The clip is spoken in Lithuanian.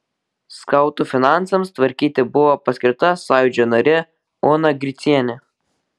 skautų finansams tvarkyti buvo paskirta sąjūdžio narė ona gricienė